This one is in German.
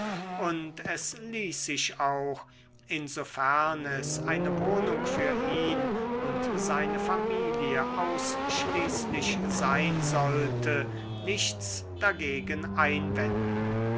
und es ließ sich auch insofern es eine wohnung für ihn und seine familie ausschließlich sein sollte nichts dagegen einwenden